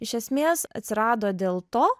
iš esmės atsirado dėl to